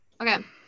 Okay